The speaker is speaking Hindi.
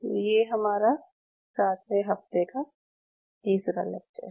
तो ये हमारा सातवें हफ्ते का तीसरा लेक्चर है